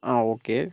ആ ഓക്കേ